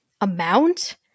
amount